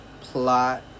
plot